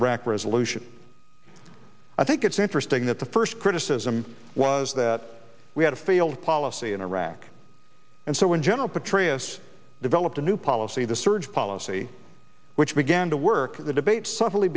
iraq resolution i think it's interesting that the first criticism was that we had a failed policy in iraq and so when general petraeus developed a new policy the surge policy which began to work the debate su